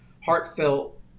heartfelt